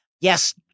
Yes